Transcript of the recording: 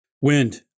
Wind